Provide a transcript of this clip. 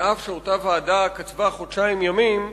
אף שאותה ועדה כתבה שתסכם בתוך חודשיים ימים,